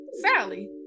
Sally